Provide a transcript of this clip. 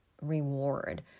reward